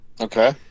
Okay